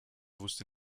wusste